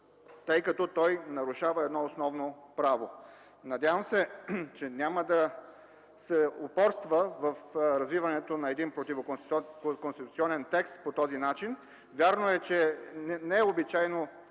тъй като нарушава едно основно право. Надявам се, че няма да се упорства в развиването на един противоконституционен текст по този начин. Вярно е – не е обичайно,